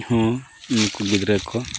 ᱦᱮᱸ ᱩᱱᱠᱩ ᱜᱤᱫᱽᱨᱟᱹ ᱠᱚ